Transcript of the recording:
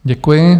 Děkuji.